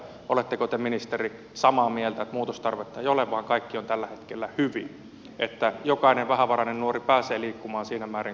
oletteko te ministeri samaa mieltä että muutostarvetta ei ole vaan kaikki on tällä hetkellä hyvin että jokainen vähävarainen nuori pääsee liikkumaan siinä määrin kuin tarpeen on